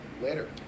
later